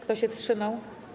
Kto się wstrzymał?